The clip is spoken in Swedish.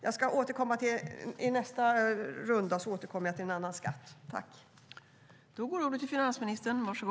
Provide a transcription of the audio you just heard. Jag ska återkomma i nästa inlägg.